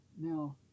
now